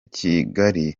kigali